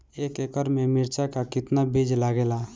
एक एकड़ में मिर्चा का कितना बीज लागेला?